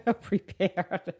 prepared